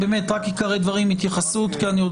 רק עיקרי דברים והתייחסות כי אני עוד